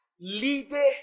Leader